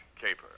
Caper